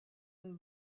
and